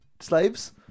slaves